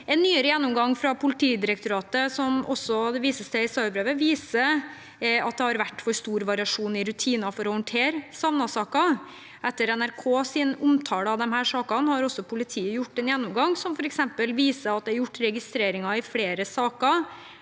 En nyere gjennomgang fra Politidirektoratet, som det også vises til i svarbrevet, viser at det har vært for stor variasjon i rutiner for å håndtere savnetsaker. Etter NRKs omtale av disse sakene har politiet gjort en gjennomgang som f.eks. viser at det er gjort registreringer i flere saker